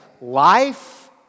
life